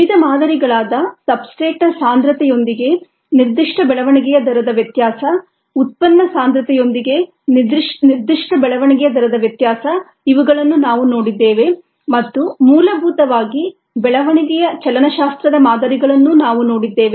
ವಿವಿಧ ಮಾದರಿಗಳಾದ ಸಬ್ಸ್ಟ್ರೇಟ್ನ ಸಾಂದ್ರತೆಯೊಂದಿಗೆ ನಿರ್ದಿಷ್ಟ ಬೆಳವಣಿಗೆಯ ದರದ ವ್ಯತ್ಯಾಸ ಉತ್ಪನ್ನ ಸಾಂದ್ರತೆಯೊಂದಿಗೆ ನಿರ್ದಿಷ್ಟ ಬೆಳವಣಿಗೆಯ ದರದ ವ್ಯತ್ಯಾಸ ಇವುಗಳನ್ನು ನಾವು ನೋಡಿದ್ದೇವೆ ಮತ್ತು ಮೂಲಭೂತವಾಗಿ ಬೆಳವಣಿಗೆಯ ಚಲನಶಾಸ್ತ್ರದ ಮಾದರಿಗಳನ್ನು ನಾವು ನೋಡಿದ್ದೇವೆ